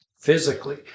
physically